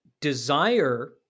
desire